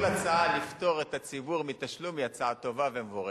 כל הצעה לפטור את הציבור מתשלום היא הצעה טובה ומבורכת,